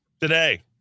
today